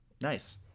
Nice